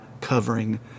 covering